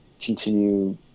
continue